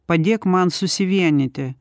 padėk man susivienyti